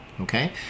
Okay